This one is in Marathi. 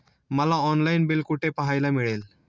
मला ऑनलाइन बिल कुठे पाहायला मिळेल?